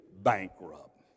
bankrupt